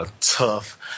tough